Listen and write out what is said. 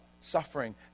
suffering